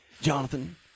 Jonathan